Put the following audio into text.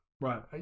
Right